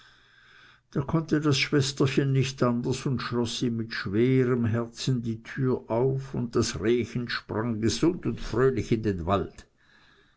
da konnte das schwesterchen nicht anders und schloß ihm mit schwerem herzen die tür auf und das rehchen sprang gesund und fröhlich in den wald